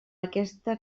aquesta